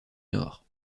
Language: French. nord